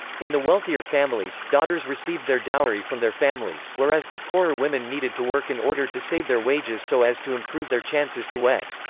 in the wealthier families, daughters received their dowry from their families, whereas the poorer women needed to work in order to save their wages so as to improve their chances to wed.